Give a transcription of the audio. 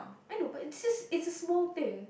I know but it's just it's a small thing